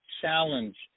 Challenge